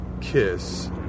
kiss